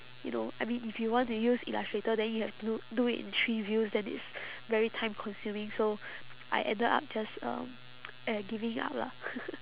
you know I mean if you want to use illustrator then you have to loo~ do it in three views then it's very time consuming so I ended up just um uh giving up lah